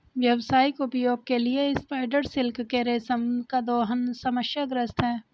व्यावसायिक उपयोग के लिए स्पाइडर सिल्क के रेशम का दोहन समस्याग्रस्त है